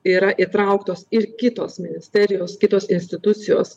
yra įtrauktos ir kitos ministerijos kitos institucijos